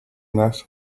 that